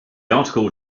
article